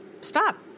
stop